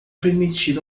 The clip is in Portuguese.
permitir